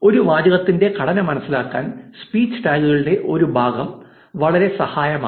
ഒരു വാചകത്തിന്റെ ഘടന മനസ്സിലാക്കാൻ സ്പീച്ച് ടാഗുകളുടെ ഒരു ഭാഗം വളരെ സഹായകമാകും